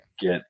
get